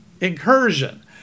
Incursion